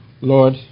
Lord